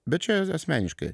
bet čia asmeniškai